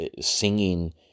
singing